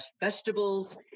vegetables